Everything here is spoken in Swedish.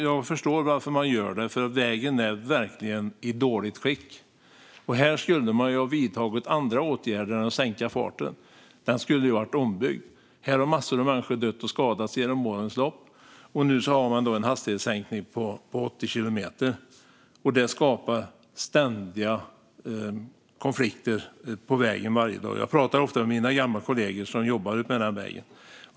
Jag förstår varför man har gjort det för vägen är verkligen i dåligt skick. Här skulle man ha vidtagit andra åtgärder än att sänka farten; vägen borde ha byggts om. Massor av människor har dött och skadats under årens lopp. Nu har man gjort en hastighetssänkning till 80 kilometer. Det skapar ständiga konflikter på vägen. Jag pratar ofta med mina gamla kollegor som jobbar utmed den vägen.